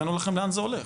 הראינו לכם לאן זה הולך.